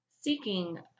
seeking